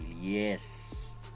Yes